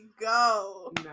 go